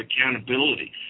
accountability